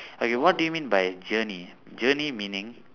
okay what do you mean by journey journey meaning